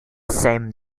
same